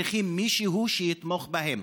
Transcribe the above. צריכים מישהו שיתמוך בהם.